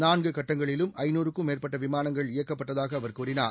நான்கு கட்டங்களிலும் ஐநாறுக்கும் மேற்பட்ட விமானங்கள் இயக்கப்பட்டதாக அவர் கூறினார்